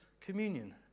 communion